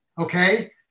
okay